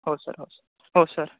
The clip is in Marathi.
हो सर हो सर हो सर